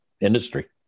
industry